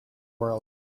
world